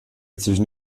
zwischen